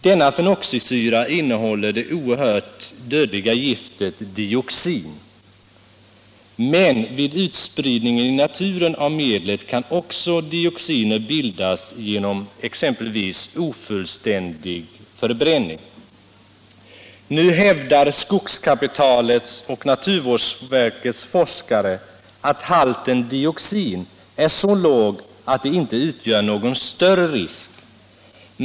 Denna fenoxisyra innehåller det oerhört dödliga giftet dioxin. Men vid utspridningen i naturen av medlet kan också dioxiner bildas genom t.ex. ofullständig förbränning. Nu hävdar skogskapitalets och naturvårdsverkets forskare att halten dioxin är så låg att den inte utgör någon större risk.